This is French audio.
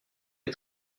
est